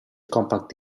compact